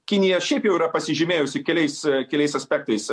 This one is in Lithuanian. kinija šiaip jau yra pasižymėjusi keliais keliais aspektais